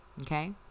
Okay